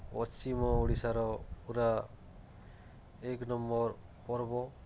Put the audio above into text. ପଶ୍ଚିମ ଓଡ଼ିଶାର ପୁରା ଏକ୍ ନମ୍ବର୍ ପର୍ବ